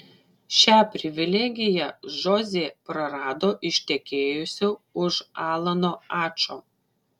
šią privilegiją žozė prarado ištekėjusi už alano ačo